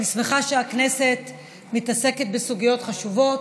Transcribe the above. אני שמחה שהכנסת מתעסקת בסוגיות חשובות,